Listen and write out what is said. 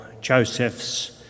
joseph's